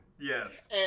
Yes